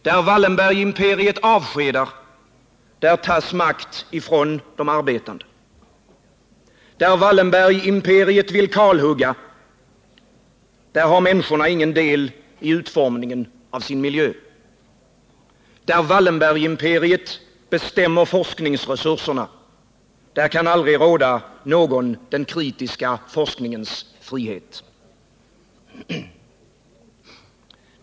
Där Wallenbergimperiet avskedar, där tas makt från de arbetande. Där Wallenbergimperiet vill kalhugga, där har människorna ingen del i utformningen av sin miljö. Där Wallenbergimperiet bestämmer forskningsresurserna kan aldrig råda någon den kritiska forskningens frihet.